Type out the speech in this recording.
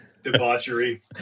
debauchery